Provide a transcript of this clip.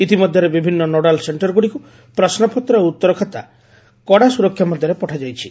ଇତିମଧ୍ଧରେ ବିଭିନୁ ନୋଡାଲ ସେ ୍ ରଗୁଡିକୁ ପ୍ରଶ୍ୱପତ୍ର ଓ ଉତ୍ତର ଖାତା କଡା ସୁରକ୍ଷା ମଧ୍ୟରେ ପଠାଯାଇଛି